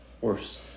Worse